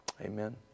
Amen